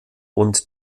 und